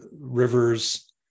rivers